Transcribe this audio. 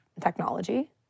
technology